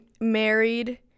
married